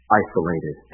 isolated